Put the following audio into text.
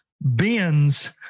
bends